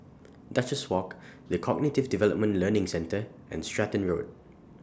Duchess Walk The Cognitive Development Learning Centre and Stratton Road